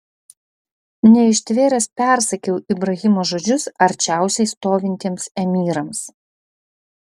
neištvėręs persakiau ibrahimo žodžius arčiausiai stovintiems emyrams